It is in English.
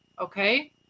Okay